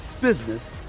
business